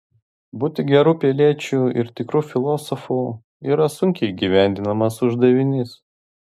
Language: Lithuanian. būti geru piliečiu ir tikru filosofu yra sunkiai įgyvendinamas uždavinys